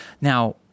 Now